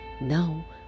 Now